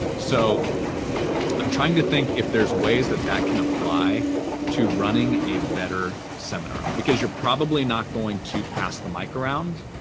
so i'm trying to think if there's ways that that can apply t running a better seminar, because you're probably not going to pass the mic around.